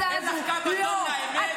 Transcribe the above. את לא מתביישת להגיד